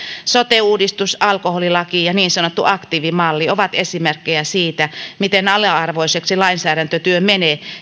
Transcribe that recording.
sote uudistus alkoholilaki ja niin sanottu aktiivimalli ovat esimerkkejä siitä miten ala arvoiseksi lainsäädäntötyö menee